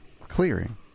clearing